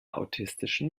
autistischen